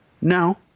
No